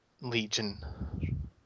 legion